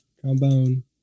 Trombone